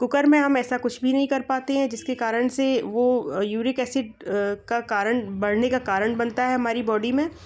cooker में हम ऐसा कुछ भी नहीं कर पाते है जिसके कारण से वो यूरिक ऐसिड का कारण बढ़ने का कारण बनता है हमारी बॉडी में